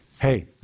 Hey